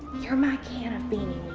you're my can of beenie